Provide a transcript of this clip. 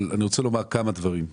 אני רוצה לומר כמה דברים.